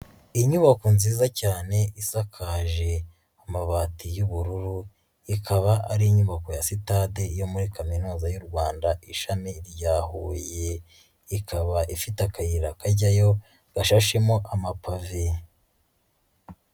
Inyubako nziza cyane, isakaje amabati y'ubururu, ikaba ari inyubako ya sitade, yo muri kaminuza y'u Rwanda, ishami rya Huye. Ikaba ifite akayira kajyayo, gashashemo amapave.